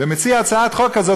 ומציע הצעת חוק כזאת,